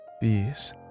Bees